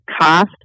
cost